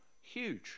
huge